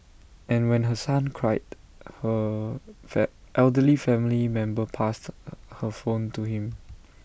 and when her son cried her elderly family member passed her phone to him